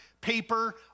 paper